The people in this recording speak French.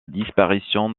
disparition